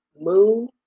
Moon